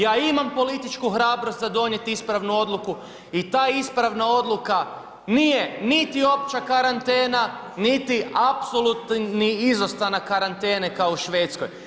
Ja imam političku hrabrost za donijet ispravnu odluku i ta ispravna odluka nije niti opća karantena, niti apsolutni izostanak karantene kao u Švedskoj.